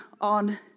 on